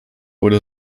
wurde